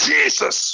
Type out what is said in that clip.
Jesus